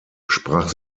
sprach